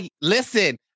listen